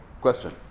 Question